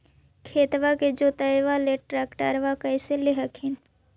खेतबा के जोतयबा ले ट्रैक्टरबा कैसे ले हखिन?